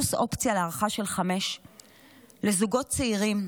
פלוס אופציה להארכה של חמש לזוגות צעירים,